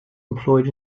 employed